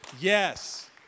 Yes